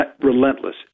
relentless